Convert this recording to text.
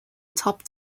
top